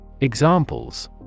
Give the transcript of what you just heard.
Examples